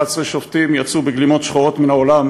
11 שופטים יצאו בגלימות שחורות מן האולם